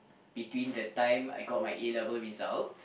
between the time I got my A-level result